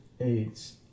AIDS